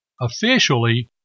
Officially